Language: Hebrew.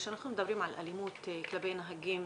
כשאנחנו מדברים על אלימות כלפי נהגים,